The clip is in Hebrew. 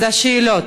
רצוני לשאול: